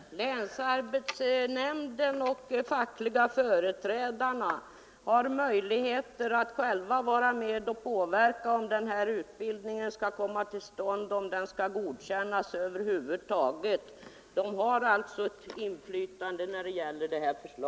Fru talman! Länsarbetsnämnden och de fackliga företrädarna har möjligheter att själva vara med och bestämma om denna utbildning skall komma till stånd eller om den över huvud taget skall godkännas. Deras inflytande påverkar alltså denna fråga.